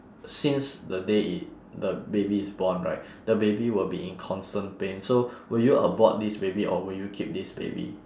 since the day it the baby is born right the baby will be in constant pain so will you abort this baby or will you keep this baby